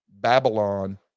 Babylon